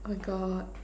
oh god